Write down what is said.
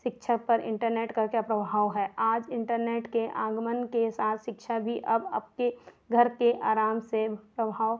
शिक्षा पर इन्टरनेट का क्या प्रभाव है आज इन्टरनेट के आगमन के साथ शिक्षा भी अब आपके घर के आराम से प्रभाव